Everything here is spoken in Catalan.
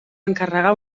encarregar